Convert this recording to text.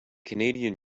canadian